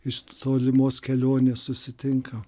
iš tolimos kelionės susitinka